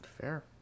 Fair